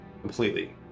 completely